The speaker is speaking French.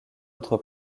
autre